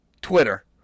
twitter